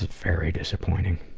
very disappointing.